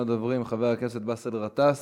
ראשון הדוברים, חבר הכנסת באסל גטאס,